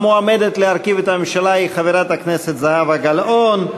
המועמדת להרכיב את הממשלה היא חברת הכנסת זהבה גלאון.